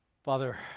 Father